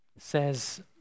Says